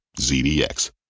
ZDX